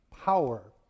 power